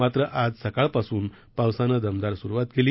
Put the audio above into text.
मात्र आज सकाळपासून पावसानं दमदार सुरुवात केली